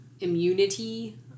immunity